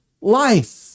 life